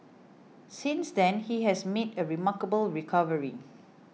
since then he has made a remarkable recovery